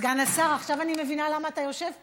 סגן השר, עכשיו אני מבינה למה אתה יושב פה.